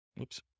Oops